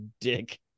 dick